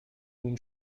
whom